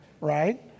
right